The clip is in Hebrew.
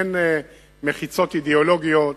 אין מחיצות אידיאולוגיות,